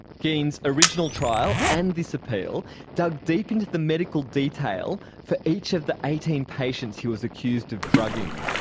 geen's original trial and this appeal dug deep into the medical detail for each of the eighteen patients he was accused of drugging.